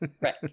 Right